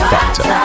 Factor